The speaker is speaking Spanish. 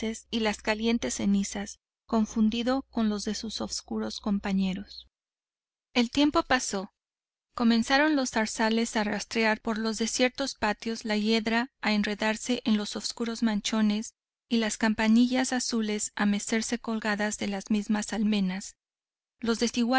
y las calientes cenizas confundido con los de sus oscuros compañeros el tiempo pasó comenzaron los zarzales a rastrear por los desiertos patios la hiedra a enredarse en los oscuros machones y las campanillas azules a mecerse colgadas de las ruinosas almenas los